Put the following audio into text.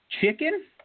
chicken